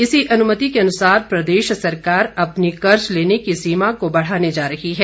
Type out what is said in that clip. इसी अनुमति के अनुसार प्रदेश सरकार अपनी कर्ज लेने की सीमा को बढ़ाने जा रही है